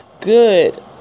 Good